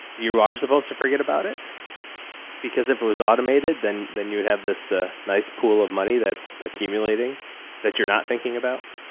you are supposed to forget about it because if it was automated, then, then you would have this, a nice pool of money. that's accumulating that you're not thinking about.